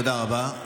תודה רבה.